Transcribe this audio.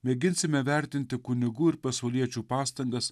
mėginsime vertinti kunigų ir pasauliečių pastangas